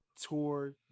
tour